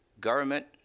government